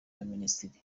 y’abaminisitiri